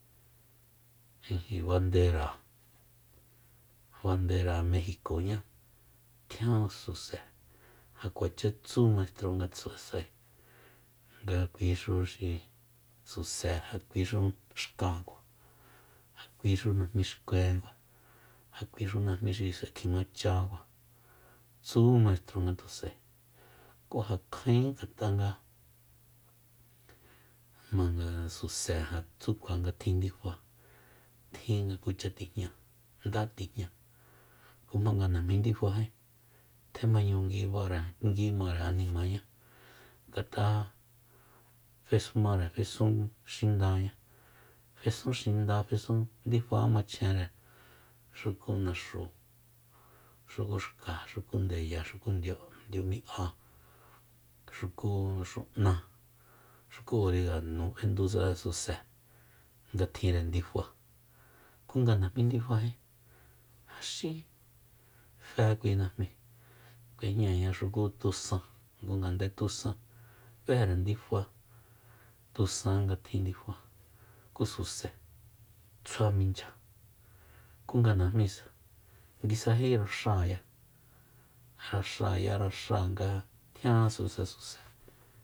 Ijin bandera- bandera mejicoñá tjian suse ja kuacha tsu maistro ngatus'ae nga kuixu xi suse ja kuixu ja kuixu najmi xkuenkua ja kuixu najmí xi s'ae kjimachakua tsu maistro ngatus'ae ku ja kjaen ngat'a nga jma nga suse ja tsu kjua nga tjin ndifa tjin nga kucha tijña ku jmanga najmí ndifají tjemañu ngui bare- ngui mare animañá ngat'a fesun mare fesunxindaña fesunxinda fesun ndifa machjenre xuku naxu xuku xka xuku ndeya xuku ndiumi'a xuku xun'a xuku oregano b'endu susesuse nga tjinre ndifa ku nga najmí ndifají ja xí fe kui najmíi k'uejñañá xuku tusan ngu ngande tusan b'ére ndifa tusan nga tjin ndifa ku suse tsjua minchya ku nga najmisa nguisají raxáaya- raxáa- raxáa nga tjian susesuse